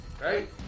Right